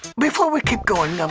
before we keep going, um,